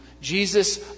Jesus